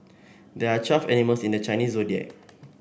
there are twelve animals in the Chinese Zodiac